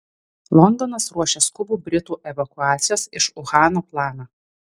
londonas ruošia skubų britų evakuacijos iš uhano planą